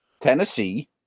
Tennessee